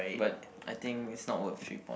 but I think it's not worth three point